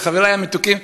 אבל חברי המתוקים,